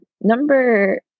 Number